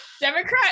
Democrat